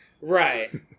Right